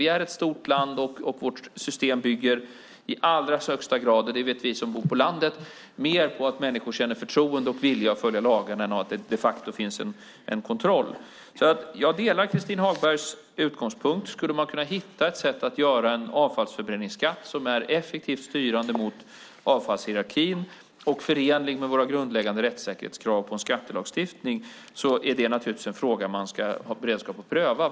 Vi är ett stort land, och vårt system bygger mer - det vet vi som bor på landet - på att människor känner förtroende för och har en vilja att följa lagarna än på att det de facto finns en kontroll. Jag delar alltså Christin Hagbergs utgångspunkt. Skulle man hitta ett sätt att utforma en avfallsförbränningsskatt som var effektivt styrande mot avfallshierarkin och förenlig med våra grundläggande rättssäkerhetskrav på en skattelagstiftning vore det naturligtvis en fråga man ska ha beredskap att pröva.